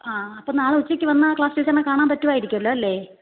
ആ അപ്പം നാളെ ഉച്ചയ്ക്ക് വന്നാൽ ക്ലാസ് ടീച്ചറിനെ കാണാൻ പറ്റുമായിരിക്കോല്ലോല്ലേ